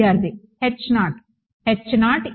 విద్యార్థి H0